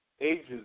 ages